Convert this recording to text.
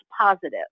positive